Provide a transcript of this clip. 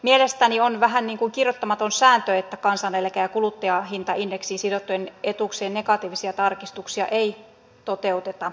mielestäni on vähän niin kuin kirjoittamaton sääntö että kansaneläke ja kuluttajahintaindeksiin sidottujen etuuksien negatiivisia tarkistuksia ei toteuteta